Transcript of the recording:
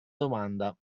domanda